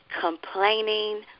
complaining